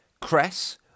cress